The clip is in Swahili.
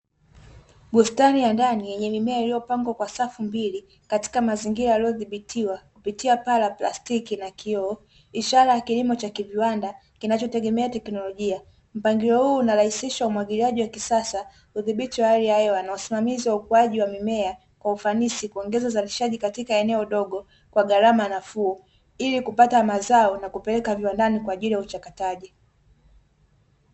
Bustani ya ndani yenye mimea iliyopangwa kwa safu mbili katika mazingira yaliyodhibitiwa kupitia paa la plastiki na kioo ishara ya kilimo cha kiviwanda kinachotegemea teknolojia. Mpangilio huu unarahisisha umwagiliaji wa kisasa, udhibiti wa hali ya hewa na usimamizi wa ukuaji wa mimea kwa ufanisi kuongeza uzalishaji katika eneo dogo kwa gharama nafuu ili kupata mazao na kupeleka viwandani kwa ajili ya uchakataji.